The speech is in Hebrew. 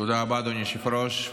תודה רבה, אדוני היושב-ראש.